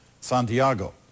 Santiago